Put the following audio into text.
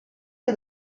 che